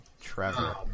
Trevor